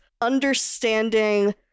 understanding